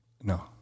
No